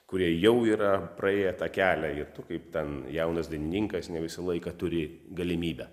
kurie jau yra praėję tą kelią ir kaip ten jaunas dainininkas ne visą laiką turi galimybę